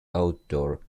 outdoor